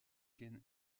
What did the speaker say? cane